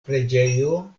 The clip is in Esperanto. preĝejo